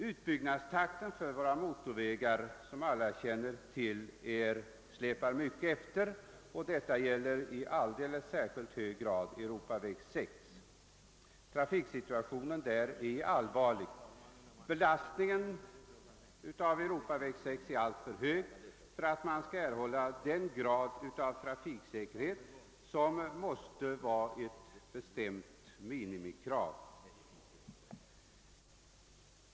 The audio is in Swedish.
Utbyggnadstakten på våra motorvägar släpar mycket efter, som alla känner till, och detta gäller i alldeles särskilt hög grad Europaväg 6. Trafiksituationen där är allvarlig. Belastningen på Europaväg 6 är alltför stor för att man skall erhålla den grad av trafiksäkerhet som måste vara ett bestämt minimikrav.